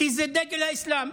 כי זה דגל האסלאם,